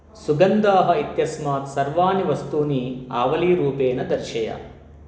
सुगन्धाः इत्यस्मात् सर्वाणि वस्तूनि आवलीरूपेण दर्शय